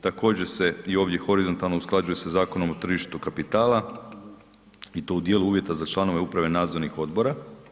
Također se i ovdje horizontalno usklađuje sa Zakonom o tržištu kapitala i to u djelu uvjeta za članove uprave nadzornih odbora.